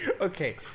Okay